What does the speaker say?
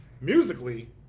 Musically